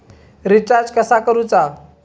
Recharge कसा करूचा?